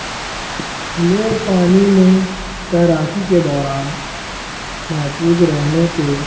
کھلے پانی میں تیراکی کے دوران محفوظ رہنے کے